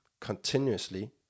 continuously